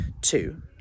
two